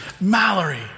Mallory